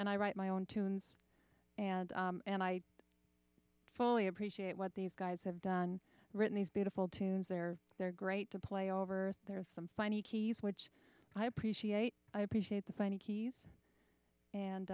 and i write my own tunes and i fully appreciate what these guys have done written these beautiful tunes they're they're great to play over there are some funny keys which i appreciate i appreciate the funny keys and